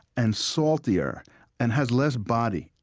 and saltier and has less body.